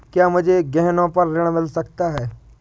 क्या मुझे गहनों पर ऋण मिल सकता है?